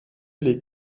les